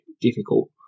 difficult